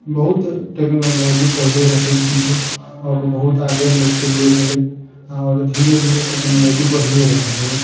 बहुत टेक्नोलॉजी पहिले रहै पीछे अब बहुत आगे लोक के ले गेले आओर धीरे धीरे टेक्नोलॉजी बढिए रहल हय